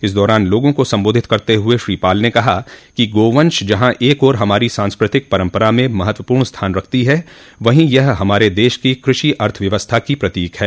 इस दौरान लोगों को संबोधित करते हुए श्री पाल ने कहा कि गोवंश जहां एक ओर हमारी सांस्कृतिक परंपरा में महत्वूपर्ण स्थान रखती है वहीं यह हमारे देश की कृषि अर्थव्यवथा की प्रतीक है